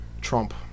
Trump